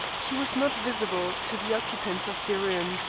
he was not visible to the occupants of the room.